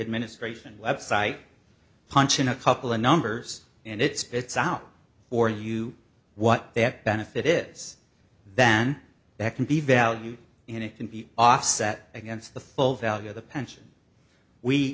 administration website punch in a couple of numbers and it spits out or you what they have benefit is than that can be valued and it can be offset against the full value of the pension we